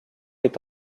est